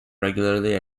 regularly